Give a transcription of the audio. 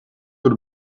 door